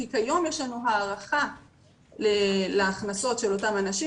כי כיום יש לנו הערכה להכנסות של אותם אנשים